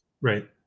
Right